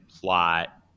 plot